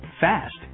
fast